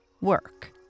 Work